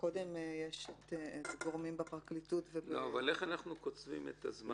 קודם יש גורמים בפרקליטות -- אבל איך אנחנו קוצבים את הזמן?